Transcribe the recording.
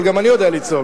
אבל גם אני יודע לצעוק.